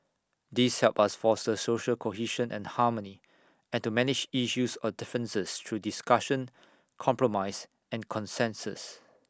these help us foster social cohesion and harmony and to manage issues or differences through discussion compromise and consensus